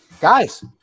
guys